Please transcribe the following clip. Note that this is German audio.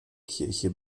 kirche